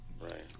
Right